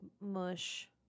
mush